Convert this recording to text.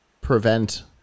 prevent